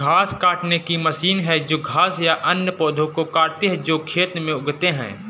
घास काटने की मशीन है जो घास या अन्य पौधों को काटती है जो खेत में उगते हैं